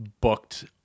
booked